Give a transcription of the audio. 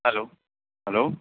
hello hello